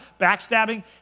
backstabbing